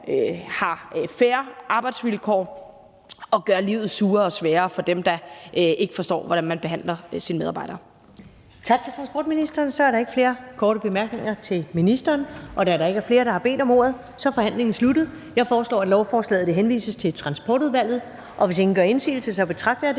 har fair arbejdsvilkår, og gøre livet surere og sværere for dem, der ikke forstår, hvordan man behandler sine medarbejdere. Kl. 14:59 Første næstformand (Karen Ellemann): Tak til transportministeren. Så er der ikke flere korte bemærkninger til ministeren. Da der ikke er flere, der har bedt om ordet, er forhandlingen sluttet. Jeg foreslår, at lovforslaget henvises til Transportudvalget. Hvis ingen gør indsigelse, betragter jeg det